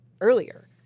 earlier